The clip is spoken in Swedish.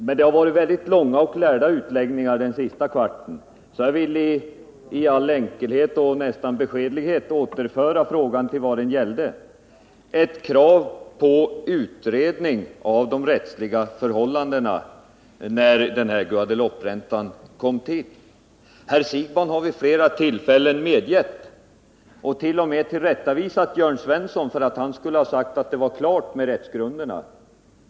Men det har varit väldigt långa och lärda utläggningar under den sista kvarten, så jag vill i all enkelhet, och nästan beskedlighet, återföra frågan till vad den egentligen gäller, nämligen ett krav på utredning av de rättsliga förhållandena när Guadelouperäntan kom till. Herr Siegbahn har vid flera tillfällen t.o.m. tillrättavisat Jörn Svensson för att denne skulle ha sagt att rättsgrunderna var helt klara.